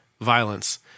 violence